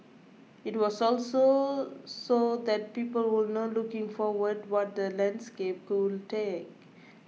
it was also so that people will know looking forward what the landscape